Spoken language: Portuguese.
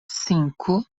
cinco